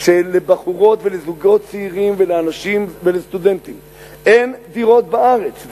שלבחורות ולזוגות צעירים ולאנשים ולסטודנטים אין דירות בארץ,